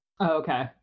Okay